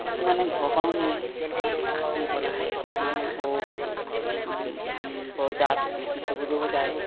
কিছুমানে ঘৰৰ পৰাও নিয়ে নিবলে আহে কিছুমানে আকৌ বজাৰত বিক্ৰী কৰিবলৈও যায়